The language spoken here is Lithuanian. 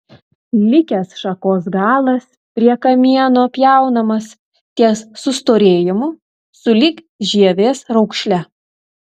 likęs šakos galas prie kamieno pjaunamas ties sustorėjimu sulig žievės raukšle